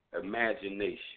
Imagination